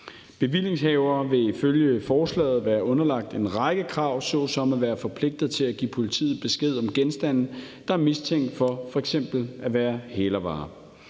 Bevillingshavere vil ifølge forslaget være underlagt en række krav såsom at være forpligtet til at give politiet besked om genstande, der er mistænkt for f.eks. at være hælervarer.